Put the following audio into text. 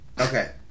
Okay